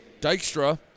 Dykstra